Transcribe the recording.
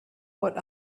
what